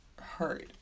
hurt